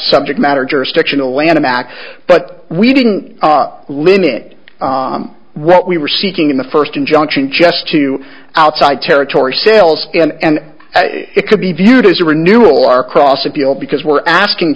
subject matter jurisdiction a lanham act but we didn't limit what we were seeking in the first injunction just to outside territory sales and it could be viewed as a renewal or cross appeal because we're asking